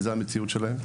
וזו המציאות שלהם.